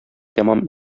тәмам